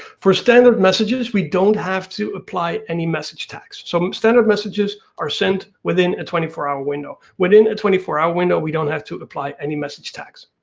for standard messages we don't have to apply any message tags. so standard messages are sent within and twenty four hour window. within a twenty four hour window we don't have to apply any message tags.